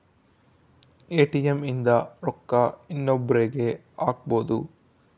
ATM ಇಂದ ರೊಕ್ಕ ಇನ್ನೊಬ್ರೀಗೆ ಹಕ್ಬೊದು